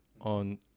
on